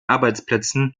arbeitsplätzen